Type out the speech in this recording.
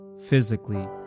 physically